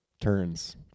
turns